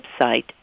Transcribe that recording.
website